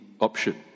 option